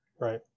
Right